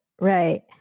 Right